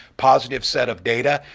positive set of data,